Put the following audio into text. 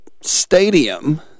Stadium